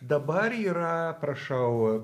dabar yra prašau